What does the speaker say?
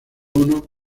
uno